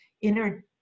inner